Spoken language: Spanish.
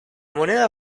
moneda